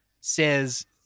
says